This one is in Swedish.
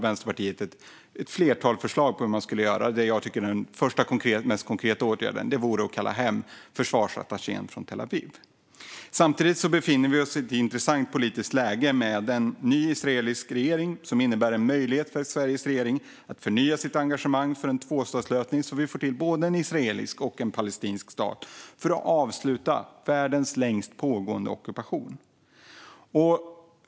Vänsterpartiet har ett flertal förslag på hur man skulle göra det, och jag tycker att den första och mest konkreta åtgärden vore att kalla hem försvarsattachén från Tel Aviv. Samtidigt befinner vi oss i ett intressant politiskt läge med en ny israelisk regering, vilket innebär en möjlighet för Sveriges regering att förnya sitt engagemang för en tvåstatslösning så att vi får till både en israelisk och en palestinsk stat för att avsluta världens längst pågående ockupation.